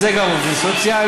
זה גם עובדים סוציאליים,